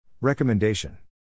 Recommendation